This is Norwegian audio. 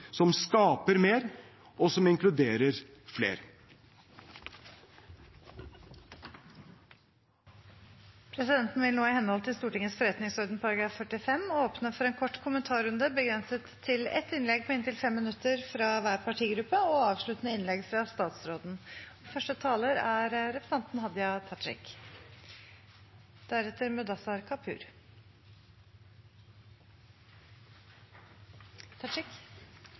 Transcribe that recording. som skaper mer, og som inkluderer flere. Presidenten vil nå i henhold til Stortingets forretningsorden § 45 åpne for en kort kommentarrunde, begrenset til ett innlegg på inntil 5 minutter fra hver partigruppe og avsluttende innlegg fra statsråden.